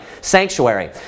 sanctuary